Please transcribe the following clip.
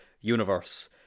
universe